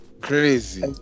crazy